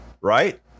right